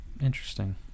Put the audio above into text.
Interesting